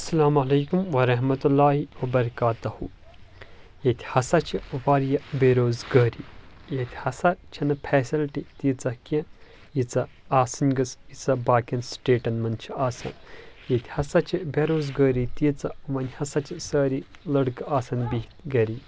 السلام عليكم ورحمة الله وبركاته ییٚتہِ ہسا چھ واریاہ بے روزگٲری ییٚتہِ ہسا چھُنہٕ فیسلٹی تیٖژہ کینٛہہ ییٖژہ آسٕنۍ گٔژھ ییٖژھ باقیَن سٹیٹن منٛز چھِ آسان ییٚتہِ ہسا چھِ بے روزگٲری تیٖژہ وۄنۍ ہسا چھِ سٲری لڑکہٕ آسان بِہِتھ گری